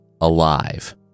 alive